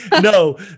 No